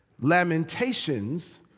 Lamentations